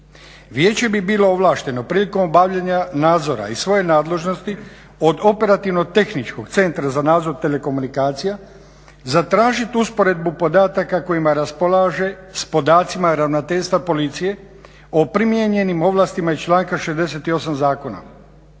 Vijeće bi bilo ovlašteno prilikom obavljanja nadzora iz svoje nadležnosti od Operativno-tehničkog centra za nadzor telekomunikacija zatražit usporedbu podataka kojima raspolaže s podacima Ravnateljstva Policije o primijenjenim ovlastima iz članka 68. Zakona.